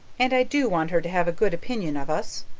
and i do want her to have a good opinion of us.